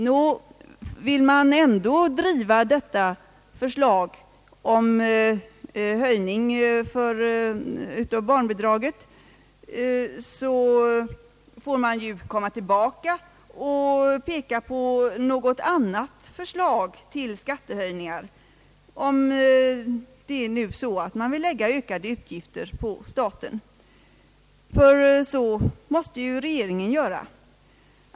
Nå, vill man ändå driva förslaget om en höjning av barnbidraget får man väl komma tillbaka och lägga fram något annat förslag till skattehöjningar, om det nu är så att man vill lägga ökade utgifter på staten. Så måste ju regeringen göra.